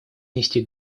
нести